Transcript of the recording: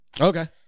Okay